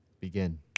Begin